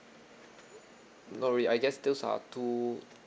not really I guess those are too